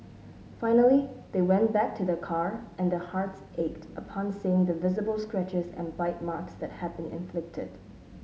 finally they went back to their car and their hearts ached upon seeing the visible scratches and bite marks that had been inflicted